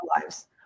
lives